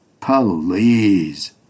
Please